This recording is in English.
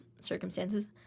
circumstances